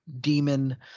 demon